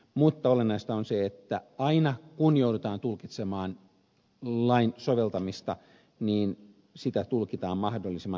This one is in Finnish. mutta olennaista on se että aina kun joudutaan tulkitsemaan lain soveltamista sitä tulkitaan mahdollisimman supistavasti